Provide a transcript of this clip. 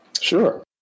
Sure